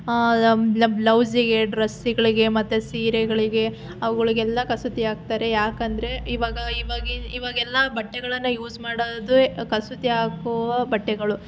ಬ್ಲ ಬ್ಲೌಸಿಗೆ ಡ್ರೆಸ್ಗಳಿಗೆ ಮತ್ತೆ ಸೀರೆಗಳಿಗೆ ಅವುಗಳಿಗೆಲ್ಲ ಕಸೂತಿ ಹಾಕ್ತಾರೆ ಯಾಕಂದರೆ ಇವಾಗ ಇವಾಗ ಇವಾಗೆಲ್ಲ ಬಟ್ಟೆಗಳನ್ನು ಯೂಸ್ ಮಾಡೋದೇ ಕಸೂತಿ ಹಾಕುವ ಬಟ್ಟೆಗಳು